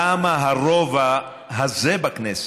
למה הרוב הזה בכנסת,